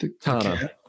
Tana